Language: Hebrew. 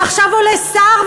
ועכשיו עולה שר,